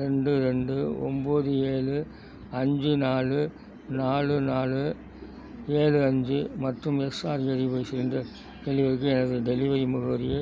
ரெண்டு ரெண்டு ஒம்பது ஏழு அஞ்சு நாலு நாலு நாலு ஏழு அஞ்சு மற்றும் எஸ்ஸார் எரிவாயு சிலிண்டர் டெலிவரிக்கு எனது டெலிவரி முகவரியை